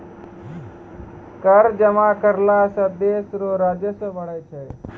कर जमा करला सं देस रो राजस्व बढ़ै छै